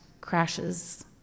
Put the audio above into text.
crashes